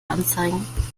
anzeigen